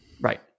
Right